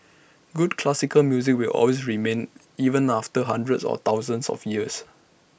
good classical music will always remain even after hundreds or thousands of years